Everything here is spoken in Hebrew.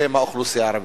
שהם האוכלוסייה הערבית?